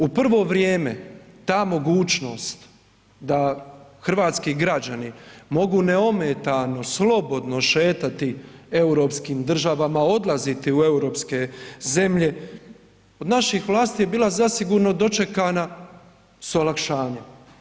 U prvo vrijeme ta mogućnost da hrvatski građani mogu neometano slobodno šetati europskim državama, odlaziti u europske zemlje, od naših vlasti je bila zasigurno dočekana s olakšanjem.